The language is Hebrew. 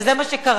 וזה מה שקרה.